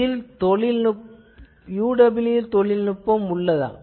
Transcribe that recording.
இதில் UWB தொழில்நுட்பம் உள்ளதா